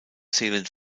zählen